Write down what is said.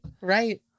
Right